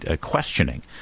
questioning